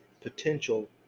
potential